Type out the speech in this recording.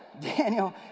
Daniel